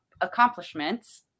accomplishments